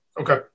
Okay